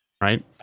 right